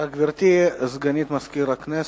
גברתי, סגנית מזכיר הכנסת,